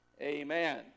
amen